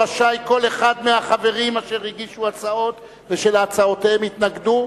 רשאי כל אחד מהחברים אשר הגישו הצעות ולהצעותיהם התנגדו,